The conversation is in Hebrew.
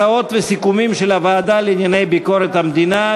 סיכומיה והצעותיה של הוועדה לענייני ביקורת המדינה,